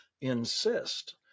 insist